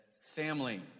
family